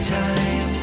time